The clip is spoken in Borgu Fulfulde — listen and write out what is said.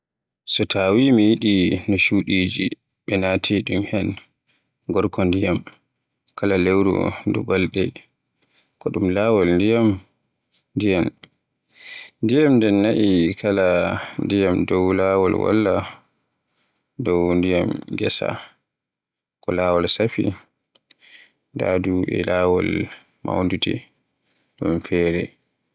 So tawii mi yiɗi no shuudiji, ɓe naati ɗum ɓeen. Gorko ndiyam, kala lewru nduu balɗe, ko ɗuum laawol ndiyam ndiyan. Ndiyam nden na'i, kala ndiyam dow laawol walla dow ndiyam ngesa. Ko laawol safi, daadu, e laawol mawnude ɗum feere.